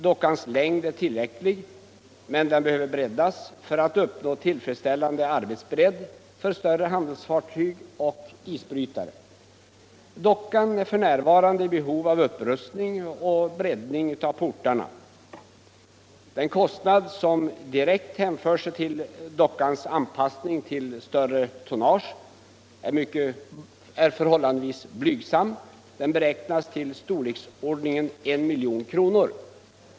Dockans längd är tillräcklig men den behöver breddas för att uppnå tillfredsställande arbetsbredd för större handelsfartyg och isbrytare. Dockan är f.n. i behov av upprustning samt breddning av portarna. Den kostnad som direkt hänför sig till dockans anpassning till större tonnage är förhållandevis blygsam; den beräknas uppgå till 1 milj.kr.